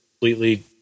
completely